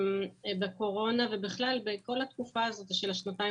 הקורונה ובכלל כל התקופה הזאת של השנתיים